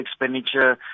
expenditure